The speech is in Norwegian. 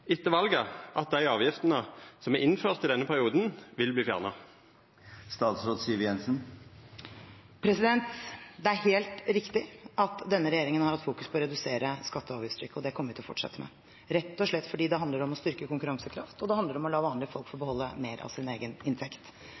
etter valet, vil dei avgiftene som er innførte i denne perioden, verta fjerna? Det er helt riktig at denne regjeringen har fokusert på å redusere skatte- og avgiftstrykket, og det kommer vi til å fortsette med – rett og slett fordi det handler om å styrke konkurransekraften, og det handler om å la vanlige folk få beholde mer av sin egen inntekt.